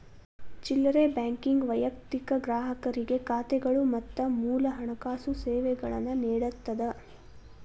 ಚಿಲ್ಲರೆ ಬ್ಯಾಂಕಿಂಗ್ ವೈಯಕ್ತಿಕ ಗ್ರಾಹಕರಿಗೆ ಖಾತೆಗಳು ಮತ್ತ ಮೂಲ ಹಣಕಾಸು ಸೇವೆಗಳನ್ನ ನೇಡತ್ತದ